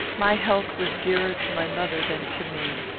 my health was dearer to my mother than to me.